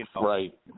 Right